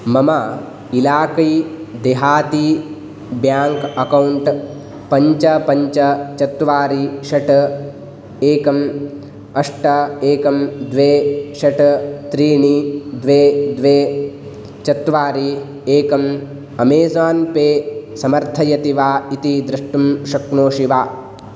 मम इलाकै देहाती ब्याङ्क् अकौण्ट् पञ्च पञ्च चत्वारि षट् एकम् अष्ट एकं द्वे षट् त्रीणि द्वे द्वे चत्वारि एकम् अमेजोन् पे समर्थयति वा इति द्रष्टुं शक्नोषि वा